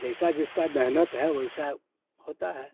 जैसा जिसका मेहनत है वैसा होता है